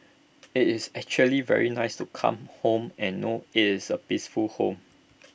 IT is actually very nice to come home and know IT is A peaceful home